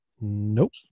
Nope